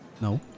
No